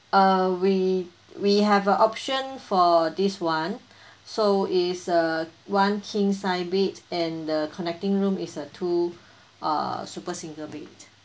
uh we we have a option for this [one] so it's a one king size bed and the connecting room is a two uh super single bed